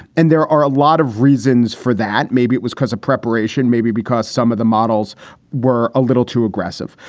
and there are a lot of reasons for that. maybe it was because of preparation, maybe because some of the models were a little too aggressive.